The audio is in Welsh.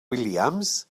williams